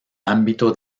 ámbito